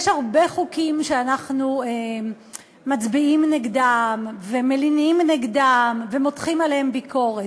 יש הרבה חוקים שאנחנו מצביעים נגדם ומלינים נגדם ומותחים עליהם ביקורת.